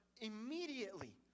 immediately